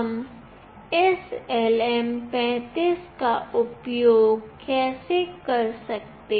हम इस LM 35 का उपयोग कैसे करते हैं